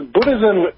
Buddhism